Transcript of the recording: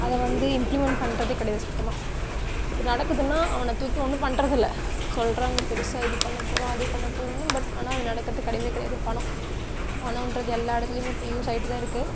அதை வந்து இம்ப்ளிமெண்ட் பண்ணுறது கிடையாது சுத்தமாக இப்போ நடக்குதுன்னால் அவனை தூக்கி ஒன்றும் பண்றதில்லை சொல்றாங்க பெரிசா இது பண்ண போகிறோம் அது பண்ண போகிறோன்னு பட் ஆனால் அது நடக்கிறது கிடையவே கிடையாது பணம் பணன்றது எல்லா இடத்துலையுமே இப்போ யூஸ் ஆயிகிட்டு தான் இருக்குது